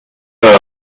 know